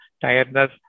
tiredness